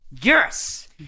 Yes